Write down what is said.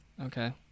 Okay